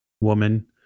woman